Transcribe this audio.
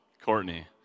Courtney